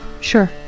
Sure